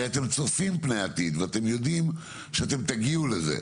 הרי אתם צופים פני עתיד ואתם יודעים שאתם תגיעו לזה,